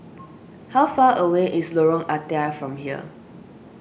how far away is Lorong Ah Thia from here